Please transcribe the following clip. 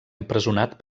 empresonat